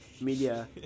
media